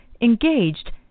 engaged